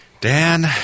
Dan